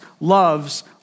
loves